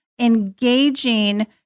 engaging